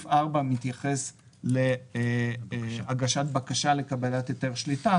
שמתייחס להגשת בקשה לקבלת היתר שליטה.